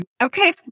Okay